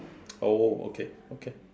oh okay okay